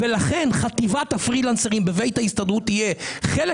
ולכן חטיבת הפרילנסרים בבית ההסתדרות תהיה חלק